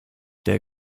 der